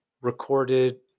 recorded